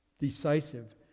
decisive